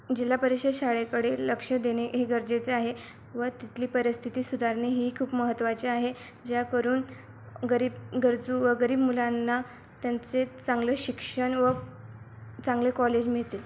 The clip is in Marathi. जिल्हा परिषद शाळेकडे लक्ष देणे हे गरजेचे आहे व तिथली परिस्थिती सुधारणेही खूप महत्त्वाचे आहे ज्या करून गरीब गरजू व गरीब मुलांना त्यांचे चांगलं शिक्षण व चांगले कॉलेज मिळतील